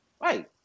Right